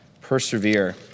Persevere